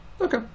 Okay